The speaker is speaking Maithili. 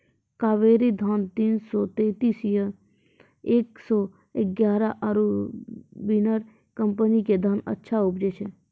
कावेरी धान तीन सौ तेंतीस या एक सौ एगारह आरु बिनर कम्पनी के धान अच्छा उपजै छै?